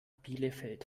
bielefeld